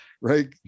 right